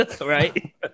right